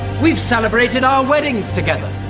we've celebrated our weddings together.